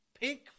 Pink